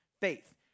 faith